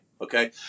Okay